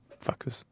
Fuckers